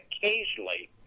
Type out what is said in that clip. occasionally